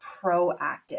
proactive